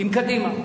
עם קדימה.